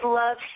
love